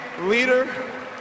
leader